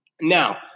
Now